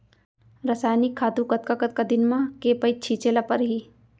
रसायनिक खातू कतका कतका दिन म, के पइत छिंचे ल परहि?